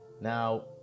Now